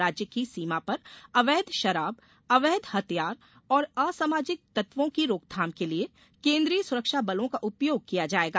राज्य की सीमा पर अवैध शराब अवैध हथियार और असामाजिक तत्वों की रोकथाम के लिये केन्द्रीय सुरक्षा बलों का उपयोग किया जाएगा